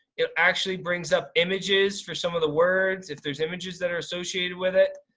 it actually brings up images for some of the words if there's images that are associated with it.